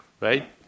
right